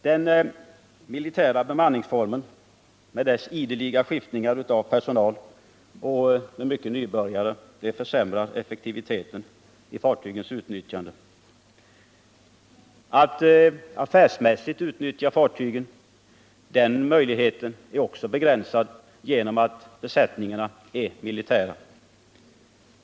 Den militära bemanningsformen — med dess ideliga skiftningar av personal och med många nybörjare — försämrar effektiviteten och fartygens utnyttjande. Möjligheten att affärsmässigt utnyttja fartygen är också begränsad genom att besättningarna är militära.